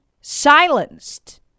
silenced